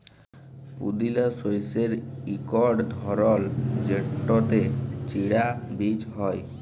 পুদিলা শস্যের ইকট ধরল যেটতে চিয়া বীজ হ্যয়